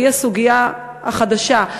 והיא הסוגיה החדשה.